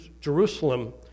Jerusalem